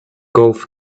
golf